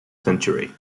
century